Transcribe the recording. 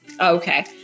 okay